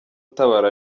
utabara